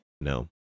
no